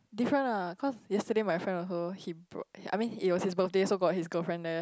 different ah cause yesterday my friend also he broke I mean it was his birthday so got his girlfriend there